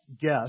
guess